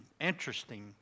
interesting